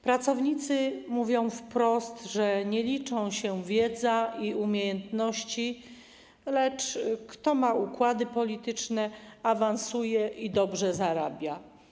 Pracownicy mówią wprost, że nie liczą się wiedza i umiejętności, lecz jest tak, że kto ma układy polityczne, ten awansuje i dobrze zarabia.